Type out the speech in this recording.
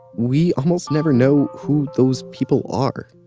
we almost never know who those people are